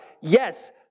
yes